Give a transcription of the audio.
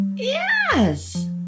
Yes